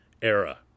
era